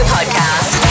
Podcast